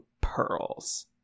pearls